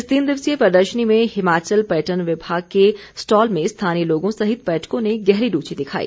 इस तीन दिवसीय प्रदर्शनी में हिमाचल पर्यटन विभाग के स्टॉल में स्थानीय लोगों सहित पर्यटकों ने गहरी रूचि दिखाई